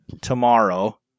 tomorrow